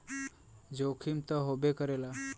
जोखिम त होबे करेला